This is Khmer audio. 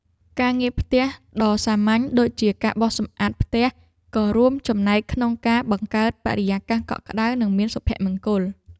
ការងារផ្ទះដ៏សាមញ្ញដូចជាការបោសសម្អាតផ្ទះក៏រួមចំណែកក្នុងការបង្កើតបរិយាកាសកក់ក្តៅនិងមានសុភមង្គល។